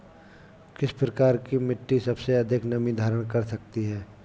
किस प्रकार की मिट्टी सबसे अधिक नमी धारण कर सकती है?